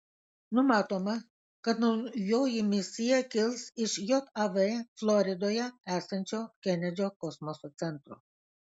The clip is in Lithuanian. numatoma kad naujoji misija kils iš jav floridoje esančio kenedžio kosmoso centro